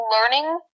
learning